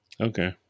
Okay